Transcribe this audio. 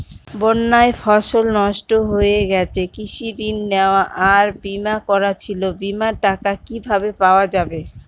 বন্যায় ফসল নষ্ট হয়ে গেছে কৃষি ঋণ নেওয়া আর বিমা করা ছিল বিমার টাকা কিভাবে পাওয়া যাবে?